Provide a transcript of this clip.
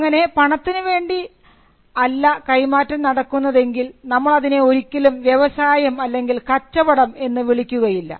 അങ്ങനെ പണത്തിനു വേണ്ടി അല്ല കൈമാറ്റം നടക്കുന്നതെങ്കിൽ നമ്മൾ അതിനെ ഒരിക്കലും വ്യവസായം അല്ലെങ്കിൽ കച്ചവടം എന്ന് വിളിക്കുകയില്ല